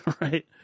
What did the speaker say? right